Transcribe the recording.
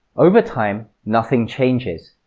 over time, nothing changes.